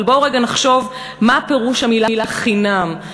אבל בואו רגע נחשוב מה פירוש המילה "חינם".